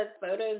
photos